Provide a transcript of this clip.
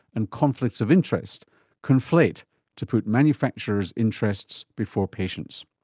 and conflicts of interest conflate to put manufacturers' interests before patients.